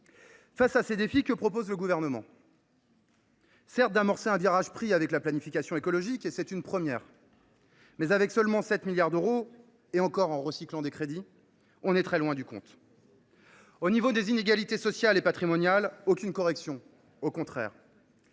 Face à ces défis, que propose le Gouvernement ? Certes, il propose d’amorcer un virage pris avec la planification écologique, et c’est une première. Mais, avec seulement 7 milliards d’euros – et encore, en recyclant des crédits –, on est très loin du compte. Les inégalités sociales et patrimoniales ne font l’objet d’aucune correction : au contraire